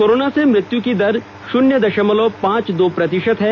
corona से मृत्यु का दर शुन्य दशमलव पांच दो प्रतिशत है